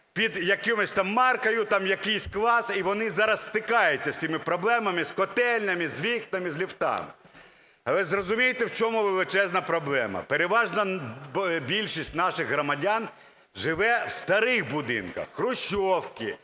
під якимись там марками, якийсь клас, і вони зараз стикаються з цими проблемами: з котельнями, з вікнами, з ліфтами. Але зрозумійте, в чому величезна проблема. Переважна більшість наших громадян живуть в старих будинках: хрущовки,